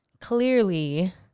Clearly